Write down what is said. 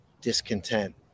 discontent